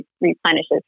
replenishes